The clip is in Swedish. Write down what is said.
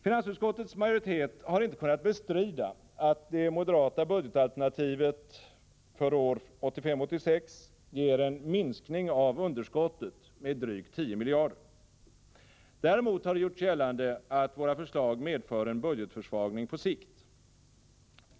Finansutskottets majoritet har inte kunnat bestrida att det moderata budgetalternativet för år 1985/86 ger en minskning av underskottet med drygt 10 miljarder kronor. Däremot har det gjorts gällande att våra förslag medför en budgetförsvagning på sikt.